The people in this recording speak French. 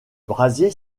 brasier